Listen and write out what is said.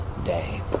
day